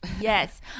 Yes